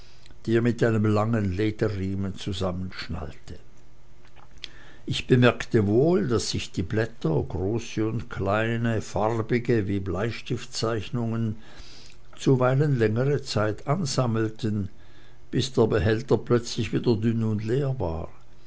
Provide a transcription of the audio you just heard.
die er mit einem langen lederriem zusammenschnallte ich bemerkte wohl daß sich die blätter große und kleine farbige wie bleistiftzeichnungen zuweilen längere zeit ansammelten bis der behälter plötzlich wieder dünn und leer war